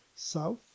south